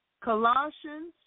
Colossians